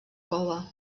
cova